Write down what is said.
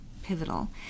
pivotal